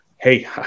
Hey